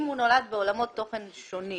אם הוא נולד בעולמות תוכן שונים